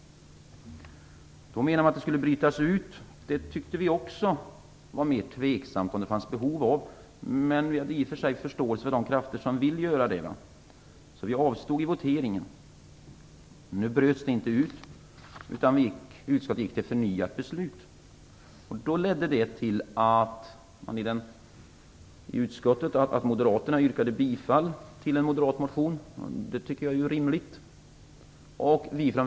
Kammaren menade att frågan skulle brytas ut ur betänkandet. Vi var inte säkra på att det fanns ett behov av det. Vi hade i och för sig förståelse för de krafter som ville göra det, så vi avstod från att rösta i voteringen. Nu bröts frågan inte ut, utan utskottet gick till förnyat beslut. Det ledde till att moderaterna i utskottet yrkade bifall till en moderat motion, och det tycker jag är rimligt.